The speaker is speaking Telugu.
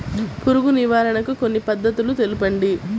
పురుగు నివారణకు కొన్ని పద్ధతులు తెలుపండి?